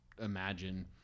imagine